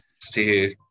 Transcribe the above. see